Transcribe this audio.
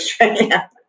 Australia